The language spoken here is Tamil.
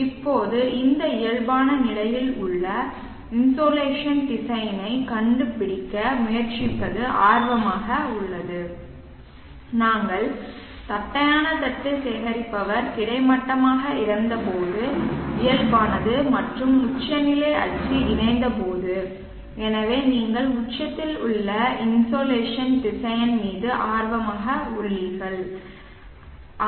இப்போது இந்த இயல்பான நிலையில் உள்ள இன்சோலேஷன் திசையனைக் கண்டுபிடிக்க முயற்சிப்பது ஆர்வமாக உள்ளது நாங்கள் தட்டையான தட்டு சேகரிப்பவர் கிடைமட்டமாக இருந்தபோது இயல்பானது மற்றும் உச்சநிலை அச்சு இணைந்தபோது எனவே நீங்கள் உச்சத்தில் உள்ள இன்சோலேஷன் திசையன் மீது ஆர்வமாக உள்ளீர்கள் அச்சு